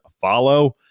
follow